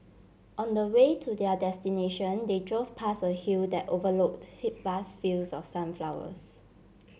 on the way to their destination they drove past a hill that overlooked he vast fields of sunflowers